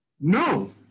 No